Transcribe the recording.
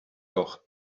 doch